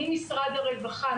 ממשרד הרווחה,